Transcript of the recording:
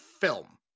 film